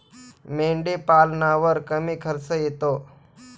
मेंढीपालनावर कमी खर्च येतो